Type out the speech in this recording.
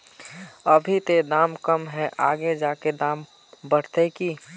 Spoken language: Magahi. अभी ते दाम कम है आगे जाके दाम बढ़ते की?